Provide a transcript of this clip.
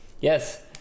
Yes